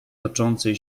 toczącej